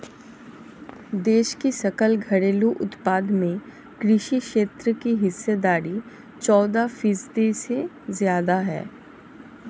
देश की सकल घरेलू उत्पाद में कृषि क्षेत्र की हिस्सेदारी चौदह फीसदी से ज्यादा है